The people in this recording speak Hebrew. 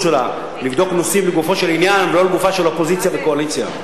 שלה לבדוק נושאים לגופו של עניין ולא לגופן של אופוזיציה וקואליציה.